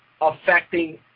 affecting